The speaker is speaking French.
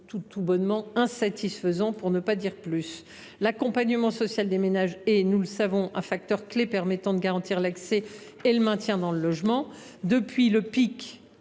tout à fait insatisfaisant, pour ne pas dire plus. L’accompagnement social des ménages est, nous le savons, un facteur clé permettant de garantir l’accès et le maintien dans le logement. Depuis le pic